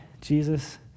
Jesus